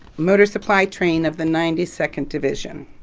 motor supply train of the ninety second division,